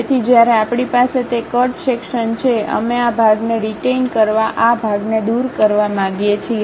તેથી જ્યારે આપણી પાસે તે કટ સેક્શન છે અમે આ ભાગને રિટેઈન કરવા આ ભાગને દૂર કરવા માંગીએ છીએ